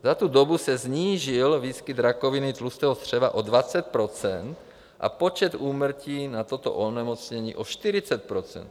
Za tu dobu se snížil výskyt rakoviny tlustého střeva o 20 % a počet úmrtí na toto onemocnění o 40 %.